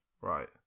Right